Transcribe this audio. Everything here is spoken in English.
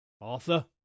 Arthur